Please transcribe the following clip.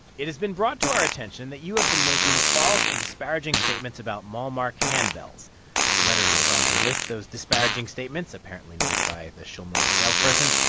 it has been brought to our attention that you have been making false and disparaging statements about malmark handbells. the letter goes on to list those disparaging statements apparently made by the schulmerich salesperson.